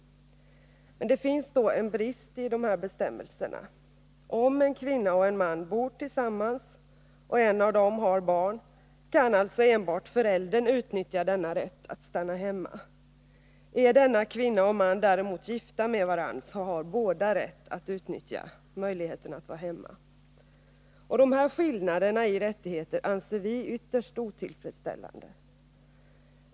Men det finns en brist i dessa bestämmelser. Om en kvinna och en man bor tillsammans och en av dem har barn kan alltså enbart föräldern utnyttja denna rätt att stanna hemma. Är däremot mannen och kvinnan gifta med varandra har båda rätt att utnyttja möjligheten att vara hemma. Vi anser att de här skillnaderna i rättigheter är ytterst otillfredsställande.